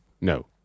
No